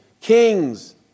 kings